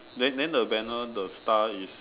then then the banner the star is